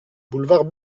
boulevard